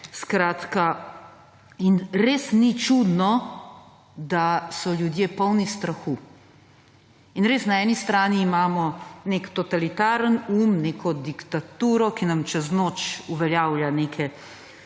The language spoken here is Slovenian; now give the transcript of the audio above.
In res ni čudno, da so ljudje polni strahu. Res imamo na eni strani nek totalitaren um, neko diktaturo, ki nam čez noč uveljavlja neke